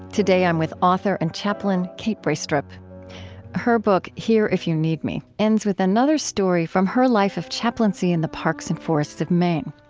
today, i'm with author and chaplain kate braestrup her book here if you need me ends with another story from her life of chaplaincy in the parks and forests of maine.